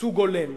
ייצוג הולם.